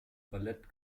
ballett